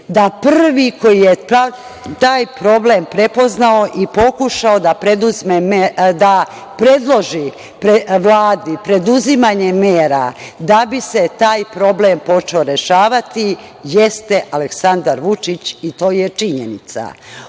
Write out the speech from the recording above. da prvi koji je taj problem prepoznao i pokušao da predloži Vladi preduzimanje mera da bi se taj problem počeo rešavati, jeste Aleksandar Vučić i to je činjenica. Ono